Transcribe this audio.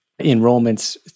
enrollments